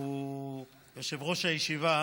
שאלה ראשונה,